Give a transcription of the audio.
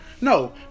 No